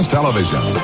Television